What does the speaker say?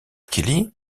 kelly